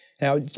Now